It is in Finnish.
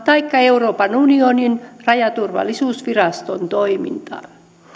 taikka euroopan unionin rajaturvallisuusviraston toimintaan